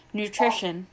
nutrition